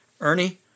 Ernie